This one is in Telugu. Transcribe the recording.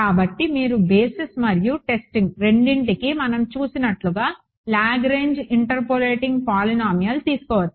కాబట్టి మీరు బేసిస్ మరియు టెస్టింగ్ రెండింటికీ మనం చూసినట్లుగా లాగ్రాంజ్ ఇంటర్పోలేటింగ్ పొలినామియల్ తీసుకోవచ్చు